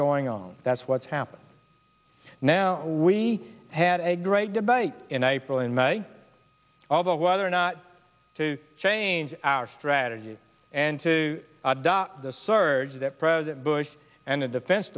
going on that's what's happening now we had a great debate in april in may although whether or not to change our strategy and to the surge that president bush and the defense